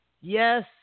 yes